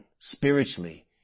spiritually